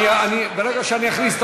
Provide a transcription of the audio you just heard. רגע,